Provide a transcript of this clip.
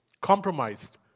compromised